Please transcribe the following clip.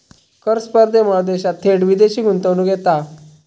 कर स्पर्धेमुळा देशात थेट विदेशी गुंतवणूक येता